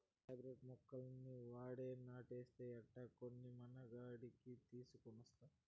hybrid మొక్కలన్నీ ఆడే నాటేస్తే ఎట్టా, కొన్ని మనకాడికి తీసికొనొస్తా